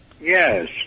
Yes